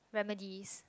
remedies